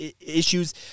issues